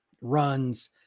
runs